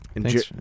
Thanks